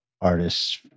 artists